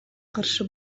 каршы